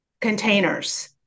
containers